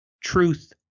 truth